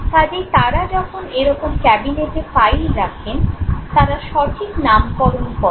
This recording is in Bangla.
কাজেই তাঁরা যখন এরকম ক্যাবিনেটে ফাইল রাখেন তাঁরা সঠিক নামকরণ করেন